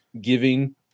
giving